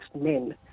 men